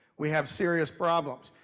we have serious problems.